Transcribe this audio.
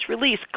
release